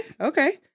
Okay